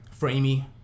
framey